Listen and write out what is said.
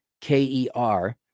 K-E-R